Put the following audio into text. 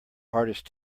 hardest